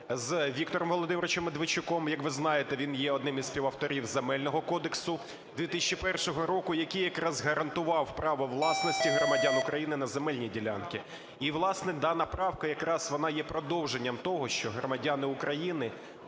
Віктором Володимировичем Медведчуком. Як ви знаєте, він є одним із співавторів Земельного кодексу 2001 року, який якраз гарантував право власності громадян України на земельні ділянки. І, власне, дана правка вона якраз є продовженням того, що громадяни України